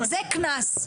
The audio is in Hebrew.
זה קנס.